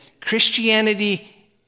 Christianity